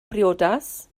briodas